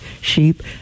sheep